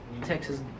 Texas